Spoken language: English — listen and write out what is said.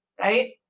right